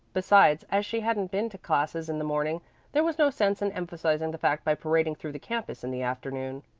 besides, as she hadn't been to classes in the morning there was no sense in emphasizing the fact by parading through the campus in the afternoon.